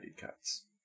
cuts